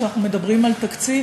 כשאנחנו מדברים על תקציב,